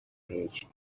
page